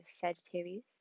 Sagittarius